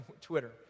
Twitter